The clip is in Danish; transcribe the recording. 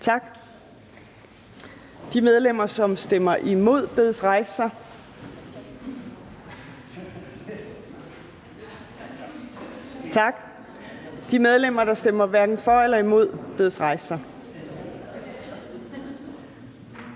Tak. De medlemmer, der stemmer imod, bedes rejse sig. Tak. De medlemmer, der stemmer hverken for eller imod, bedes rejse sig. Tak.